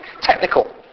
technical